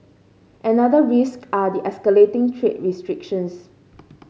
another risk are the escalating trade restrictions